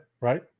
right